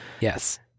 Yes